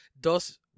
Dos